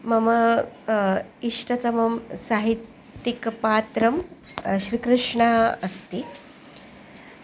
मम इष्टतमं साहित्यिकपात्रं श्रीकृष्णः अस्ति